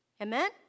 amen